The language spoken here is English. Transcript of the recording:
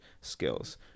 skills